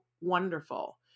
wonderful